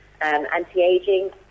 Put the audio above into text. anti-aging